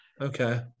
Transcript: Okay